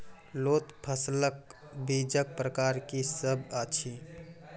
लोत फसलक बीजक प्रकार की सब अछि?